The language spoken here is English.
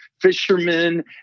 fishermen